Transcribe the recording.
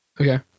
okay